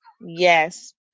Yes